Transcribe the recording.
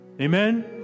Amen